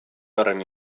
horren